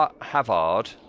Havard